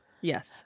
yes